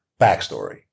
backstory